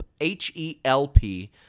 H-E-L-P